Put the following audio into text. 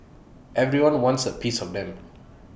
everyone wants A piece of them